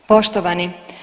Poštovani.